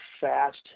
fast